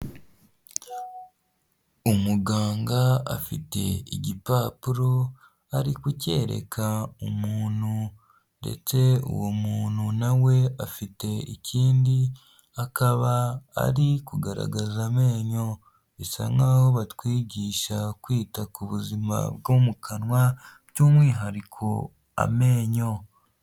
Umuganga afite igipapuro, ari kucyereka umuntu, ndetse uwo muntu nawe afite ikindi, akaba ari kugaragaza amenyo, bisa nk'aho batwigisha kwita ku buzima bwo mu kanwa, by'umwihariko, amenyo.